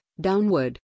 downward